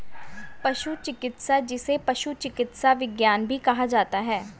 पशु चिकित्सा, जिसे पशु चिकित्सा विज्ञान भी कहा जाता है